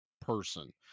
person